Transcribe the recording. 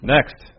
Next